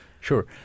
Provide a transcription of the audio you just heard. Sure